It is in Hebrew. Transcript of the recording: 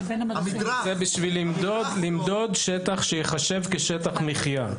זה כדי למדוד שטח שייחשב כשטח מחיה.